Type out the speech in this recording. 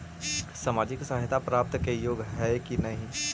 सामाजिक सहायता प्राप्त के योग्य हई कि नहीं?